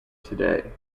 today